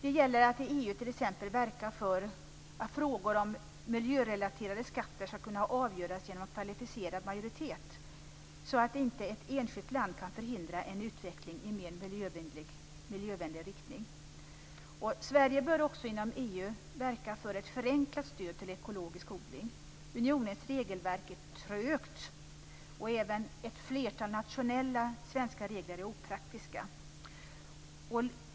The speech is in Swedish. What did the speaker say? Det gäller att i EU t.ex. verka för att frågor om miljörelaterade skatter skall kunnas avgöras genom kvalificerad majoritet så att inte ett enskilt land kan förhindra en utveckling i mer miljövänlig riktning. Sverige bör också inom EU verka för ett förenklat stöd till ekologisk odling. Unionens regelverk är trögt och även ett flertal nationella svenska regler är opraktiska.